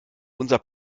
unser